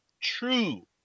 True